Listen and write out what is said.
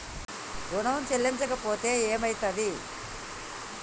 ఋణం చెల్లించకపోతే ఏమయితది?